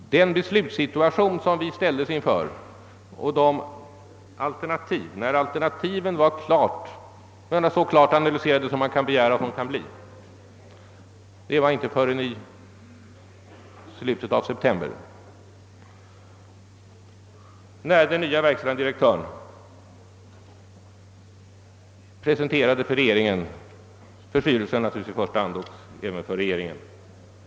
Det var inte förrän i slutet av september när den nya verkställande direktören presenterade sina olika rekonstruktionsplaner, i försia hand för styrelsen men sedan för regeringen och mig, som alternativen blev klart analyserade och vi stod inför en beslutssituation.